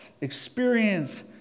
experience